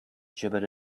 gibbered